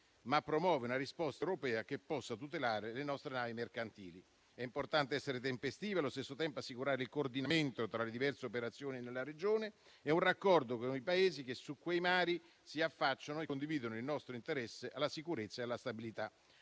ma promuove una risposta europea che possa tutelare le nostre navi mercantili. È importante essere tempestivi e, allo stesso tempo, assicurare il coordinamento tra le diverse operazioni nella regione e un raccordo con i Paesi che su quei mari si affacciano e condividono il nostro interesse alla sicurezza e alla stabilità.